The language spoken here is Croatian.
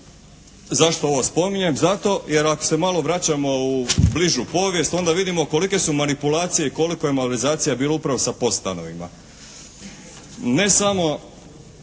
zašto ovo spominjem? Zato jer ako se malo vraćamo u bližu povijest onda vidimo kolike su manipulacije i koliko je malverzacija bilo upravo sa POS stanovima. Ne samo,